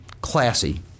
classy